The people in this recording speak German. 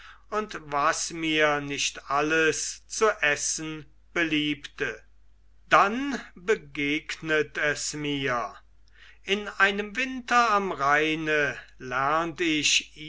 und was mir nicht alles zu essen beliebte dann begegnet es mir in einem winter am rheine lernt ich